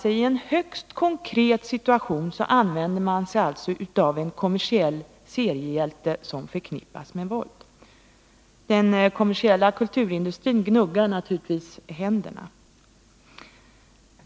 I en högst konkret situation använder man sig alltså av en kommersiell seriehjälte som förknippas med våld. Den kommersiella kulturindustrin gnuggar naturligtvis händerna.